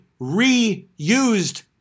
reused